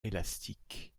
élastiques